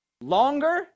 longer